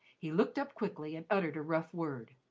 he looked up quickly and uttered a rough word.